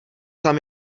tam